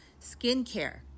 skincare